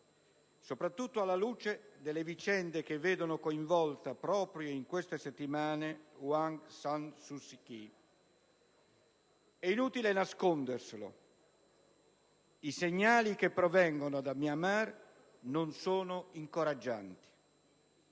soprattutto alla luce delle vicende che vendono coinvolta, proprio in queste settimane, Aung San Suu Kyi. È inutile nasconderselo: i segnali che provengono da Myanmar non sono incoraggianti.